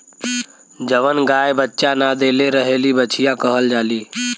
जवन गाय बच्चा न देले रहेली बछिया कहल जाली